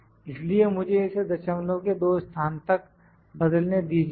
इसलिए मुझे इसे दशमलव के 2 स्थान तक बदलने दीजिए 1773